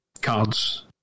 cards